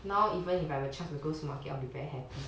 now even if I have a chance to go supermarket I'll be very happy